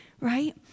Right